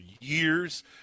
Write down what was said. years